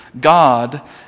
God